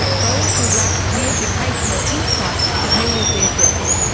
those who lacked the education or insight to deal with their debts.